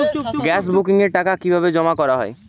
Gas বুকিংয়ের টাকা কিভাবে জমা করা হয়?